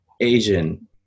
Asian